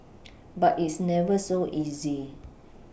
but it's never so easy